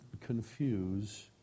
confuse